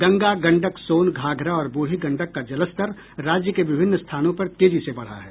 गंगा गंडक सोन घाघरा और बूढ़ी गंडक का जलस्तर राज्य के विभिन्न स्थानों पर तेजी से बढ़ा है